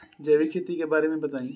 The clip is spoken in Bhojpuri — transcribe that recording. जैविक खेती के बारे में बताइ